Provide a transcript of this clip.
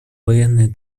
военные